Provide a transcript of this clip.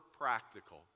practical